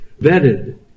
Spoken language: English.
vetted